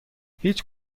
هیچ